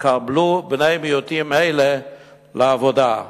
שיתקבלו בני מיעוטים אלה לעבודה,